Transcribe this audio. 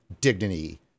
dignity